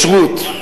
ישרות.